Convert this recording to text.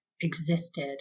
existed